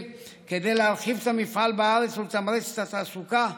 כדי להרחיב את המפעל בארץ ולתמרץ את התעסוקה.